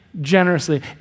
generously